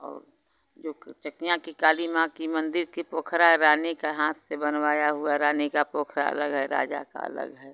और जो कि चकियाँ की काली माँ की मंदिर के पोखरा रानी का हाथ से बनवाया हुआ रानी का पोखरा अलग है राजा का अलग है